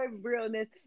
realness